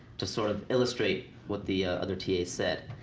to sort of illustrate what the other tas said.